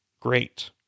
great